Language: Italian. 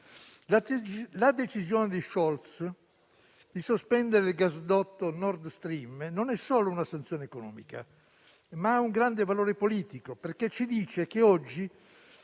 La decisione di Scholz di sospendere il gasdotto Nord Stream non è solo una sanzione economica, ma ha anche un grande valore politico, perché ci dice che oggi